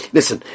Listen